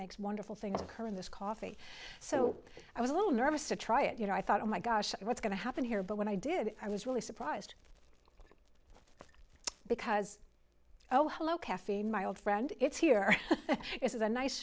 makes wonderful things occur in this coffee so i was a little nervous to try it you know i thought oh my gosh what's going to happen here but when i did i was really surprised because oh hello caffeine my old friend it's here is a nice